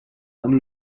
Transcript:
amb